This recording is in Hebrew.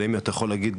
אבל אתה יכול להגיד,